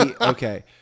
okay